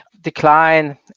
decline